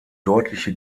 deutliche